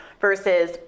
versus